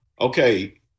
Okay